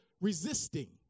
resisting